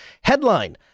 Headline